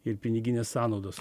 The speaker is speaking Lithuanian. ir piniginės sąnaudos